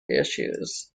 issues